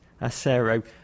Acero